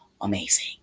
Amazing